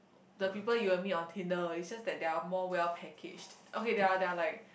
the people you will meet on Tinder is just that they are more well packaged okay they are they are like